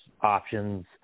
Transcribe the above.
options